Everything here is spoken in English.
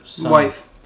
Wife